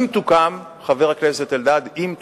אם תוקם, חבר הכנסת אלדד, אם תוקם,